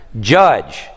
Judge